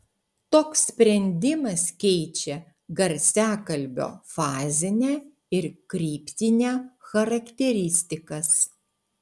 toks sprendimas keičia garsiakalbio fazinę ir kryptinę charakteristikas